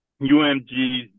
UMG's